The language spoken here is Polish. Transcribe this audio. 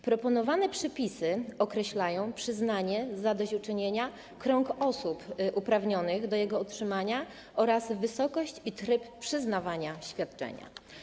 Proponowane przepisy określają przyznanie zadośćuczynienia, krąg osób uprawnionych do jego otrzymania oraz wysokość i tryb przyznawania świadczenia.